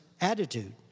attitude